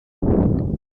بود